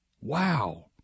Wow